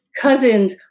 cousins